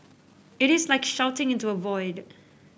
it is like shouting into a void